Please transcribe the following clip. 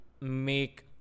make